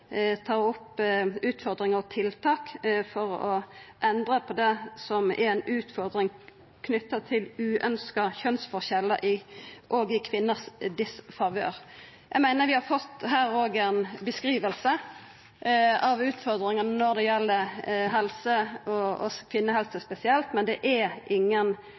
opp utfordringar og tiltak for å endra på det som er ei utfordring knytt til uønskte kjønsforskjellar i kvinners disfavør. Eg meiner vi her har fått ei beskriving av utfordringane når det gjeld helse – og kvinnehelse, spesielt – men det er ingen